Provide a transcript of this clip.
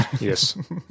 Yes